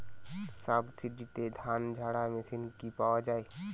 সাবসিডিতে ধানঝাড়া মেশিন কি পাওয়া য়ায়?